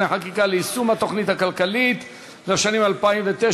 חקיקה ליישום התוכנית הכלכלית לשנים 2009 ו-2010) (תיקון מס' 14),